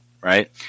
right